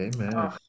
Amen